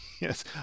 Yes